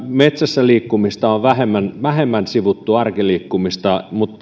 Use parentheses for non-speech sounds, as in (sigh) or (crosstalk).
metsässä liikkumista on tässä vähemmän sivuttu arkiliikkumista mutta (unintelligible)